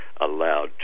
allowed